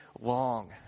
long